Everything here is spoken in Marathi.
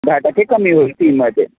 दहा टक्के कमी होतील मग ते